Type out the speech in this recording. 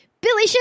Billy